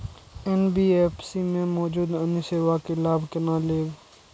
NBFC में मौजूद अन्य सेवा के लाभ केना लैब?